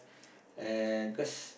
uh cause